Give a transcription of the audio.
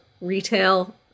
retail